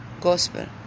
gospel